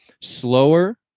slower